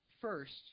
first